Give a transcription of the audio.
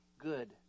good